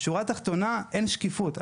שורה תחתונה, אין שקיפות.